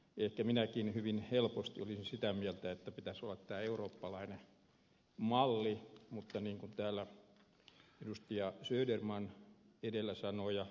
ehkä minäkin hyvin helposti olisin sitä mieltä että pitäisi olla tämä eurooppalainen malli mutta luotan tässä suhteessa ed